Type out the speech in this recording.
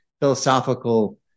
philosophical